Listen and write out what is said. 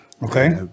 Okay